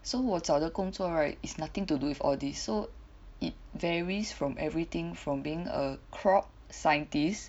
so 我找的工作 right is nothing to do with all these so it varies from everything from being a crop scientist